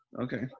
Okay